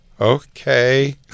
okay